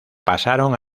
pasaron